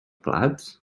plats